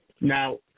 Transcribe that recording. Now